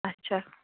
اَچھا